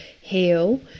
heal